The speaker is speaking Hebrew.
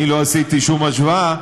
אני לא עשיתי שום השוואה.